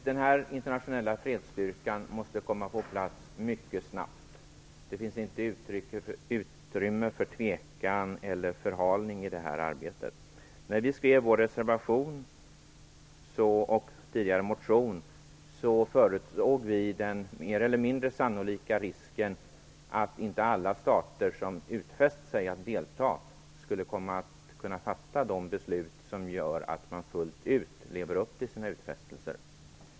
Herr talman! Den internationella fredsstyrkan måste komma på plats mycket snabbt. Det finns inte utrymme för tvekan eller förhalning i detta arbete. När vi skrev vår reservation och tidigare motion förutsåg vi den mer eller mindre sannolika risken att inte alla stater som utfäst sig att delta skulle komma att kunna fatta de beslut som gör att man fullt ut lever upp till sina utfästelser.